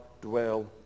dwell